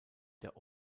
der